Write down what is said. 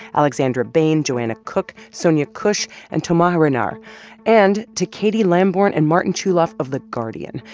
alexandra bane, joana cook, sonia khush and toma aranar and to katie lamborn and martin chulov of the guardian.